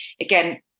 again